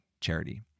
charity